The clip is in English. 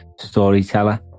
storyteller